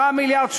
10 מיליארד שקלים,